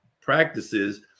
practices